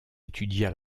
étudia